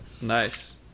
Nice